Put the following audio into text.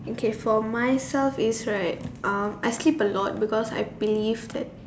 okay for myself is right um I sleep a lot because I believe that